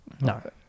No